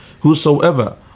Whosoever